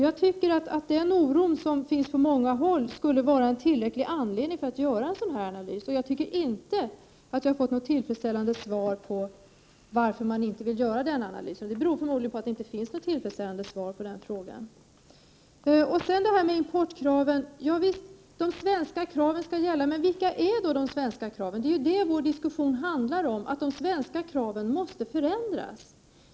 Jag tycker att den oro som finns på många håll skulle vara en tillräcklig anledning för att göra en sådan här analys. Jag tycker inte att jag har fått något tillfredsställande svar på varför man inte vill göra en analys — det beror förmodligen på att det inte finns något tillfredsställande svar på den frågan. Visst skall de svenska importkraven gälla, men vilka är då de svenska kraven? Det är ju det vår diskussion handlar om, att de svenska kraven måste förändras.